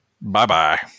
Bye-bye